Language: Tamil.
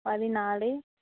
பதினாலு